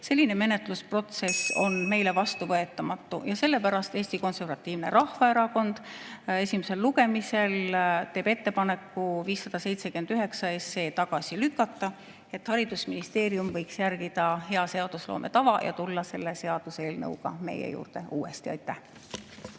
saali toodud, on meile vastuvõetamatu ja sellepärast Eesti Konservatiivne Rahvaerakond teeb esimesel lugemisel ettepaneku 579 SE tagasi lükata, et haridusministeerium võiks järgida hea seadusloome tava ja tulla selle seaduseelnõuga meie juurde uuesti. Aitäh!